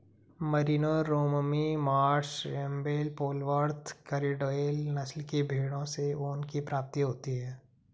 Merino, Romney Marsh, Rambouillet, Polwarth, Corriedale नस्ल की भेंड़ों से ऊन की प्राप्ति होती है